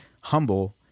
humble